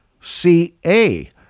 C-A